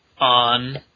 on